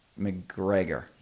McGregor